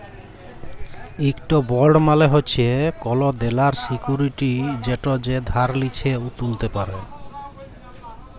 ইকট বল্ড মালে হছে কল দেলার সিক্যুরিটি যেট যে ধার লিছে উ তুলতে পারে